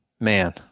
man